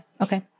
Okay